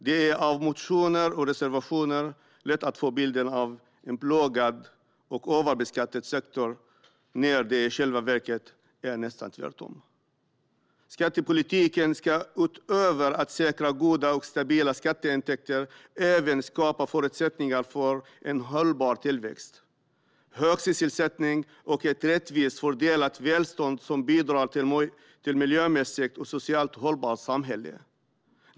Det är av motioner och reservationer lätt att få bilden av en plågad och överbeskattad sektor när det i själva verket är nästan tvärtom. Skattepolitiken ska utöver att säkra goda och stabila skatteintäkter även skapa förutsättningar för en hållbar tillväxt, hög sysselsättning och ett rättvist fördelat välstånd samt bidra till ett miljömässigt och socialt hållbart samhälle.